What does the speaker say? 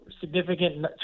Significant